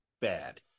bad